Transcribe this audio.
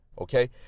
okay